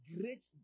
Great